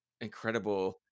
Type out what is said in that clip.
incredible